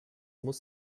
muss